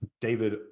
David